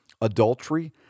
adultery